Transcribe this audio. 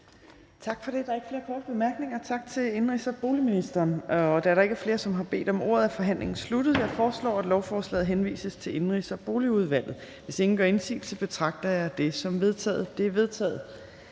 Ellemann): Der er ikke flere korte bemærkninger, så vi siger tak til ministeren. Da der ikke er flere, der har bedt om ordet, er forhandlingerne sluttet. Jeg foreslår, at lovforslaget henvises til Indenrigs- og Boligudvalget. Hvis ingen gør indsigelse, betragter jeg det som vedtaget.